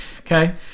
okay